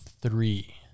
three